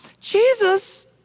Jesus